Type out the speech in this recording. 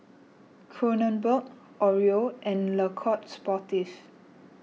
Kronenbourg Oreo and Le Coq Sportif